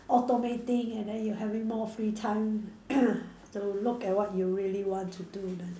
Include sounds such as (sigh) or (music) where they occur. automating and then you having more free time (coughs) to look at what you really want to do